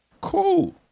Cool